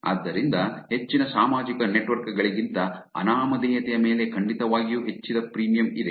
ಆದ್ದರಿಂದ ಹೆಚ್ಚಿನ ಸಾಮಾಜಿಕ ನೆಟ್ವರ್ಕ್ ಗಳಿಗಿಂತ ಅನಾಮಧೇಯತೆಯ ಮೇಲೆ ಖಂಡಿತವಾಗಿಯೂ ಹೆಚ್ಚಿದ ಪ್ರೀಮಿಯಂ ಇದೆ